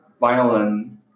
violin